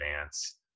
advance